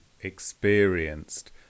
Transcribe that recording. experienced